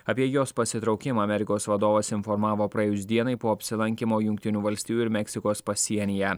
apie jos pasitraukimą amerikos vadovas informavo praėjus dienai po apsilankymo jungtinių valstijų ir meksikos pasienyje